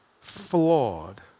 flawed